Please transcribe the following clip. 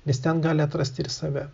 nes ten gali atrasti ir save